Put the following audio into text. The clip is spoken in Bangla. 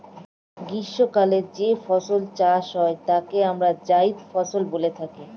গ্রীষ্মকালে যে ফসল চাষ হয় তাকে আমরা জায়িদ ফসল বলে থাকি